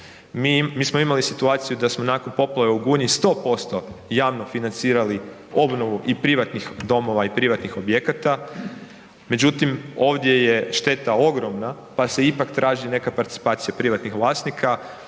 Mi smo imali situaciju da smo nakon poplave u Gunji 100% javno financirali obnovu i privatnih domova i privatnih objekata, međutim, ovdje je šteta ogromna pa se ipak traži neka participacija privatnih vlasnika.